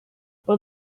but